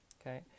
okay